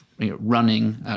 running